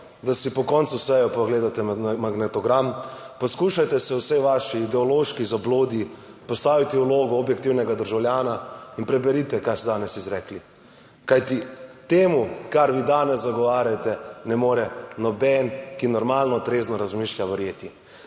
da si po koncu seje pogledate magnetogram, poskušajte se v vsej vaši ideološki zablodi postaviti v vlogo objektivnega državljana in preberite kaj ste danes izrekli, kajti temu kar vi danes zagovarjate, ne more noben, ki normalno trezno razmišlja, verjeti.